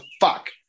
fuck